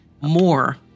more